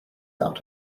out